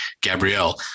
Gabrielle